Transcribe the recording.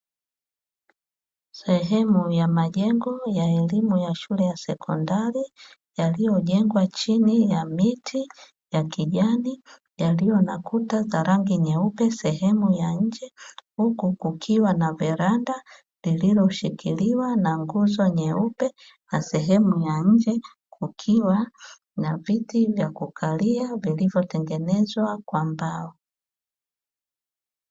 Sehemu ya majengo ya elimu ya shule ya sekondari yaliyojengwa chini ya miti ya kijani, yaliyo na kuta za rangi nyeupe sehemu ya nje huku kukiwa na veranda lililoshikiliwa na nguzo nyeupe, na sehemu ya nje kukiwa na viti vya kukalia vilivyotengenezwa kwa mbao.